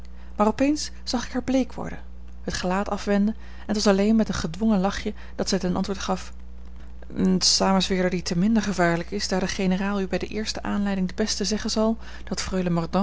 maar op eens zag ik haar bleek worden het gelaat afwenden en t was alleen met een gedwongen lachje dat zij ten antwoord gaf een samenzweerder die te minder gevaarlijk is daar de generaal u bij de eerste aanleiding de beste zeggen zal dat